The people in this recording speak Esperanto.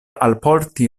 alporti